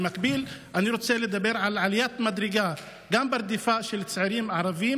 במקביל אני רוצה לדבר על עליית מדרגה גם ברדיפה של צעירים ערבים,